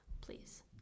please